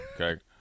Okay